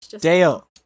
Dale